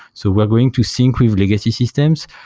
so we're going to sync with legacy systems,